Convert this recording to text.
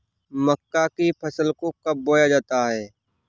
मक्का की फसल को कब बोया जाता है?